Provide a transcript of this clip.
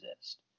exist